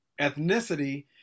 ethnicity